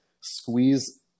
squeeze